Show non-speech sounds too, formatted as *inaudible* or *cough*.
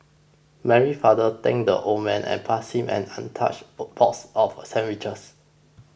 Mary's father thanked the old man and passed him an untouched *hesitation* box of sandwiches